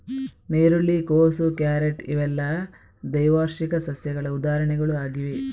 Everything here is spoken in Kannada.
ನೀರುಳ್ಳಿ, ಕೋಸು, ಕ್ಯಾರೆಟ್ ಇವೆಲ್ಲ ದ್ವೈವಾರ್ಷಿಕ ಸಸ್ಯಗಳ ಉದಾಹರಣೆಗಳು ಆಗಿವೆ